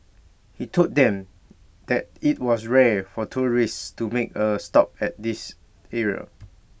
he told them that IT was rare for tourists to make A stop at this area